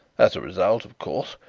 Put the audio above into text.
as a result, of course,